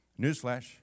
Newsflash